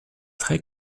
très